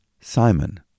Simon